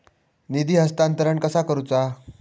निधी हस्तांतरण कसा करुचा?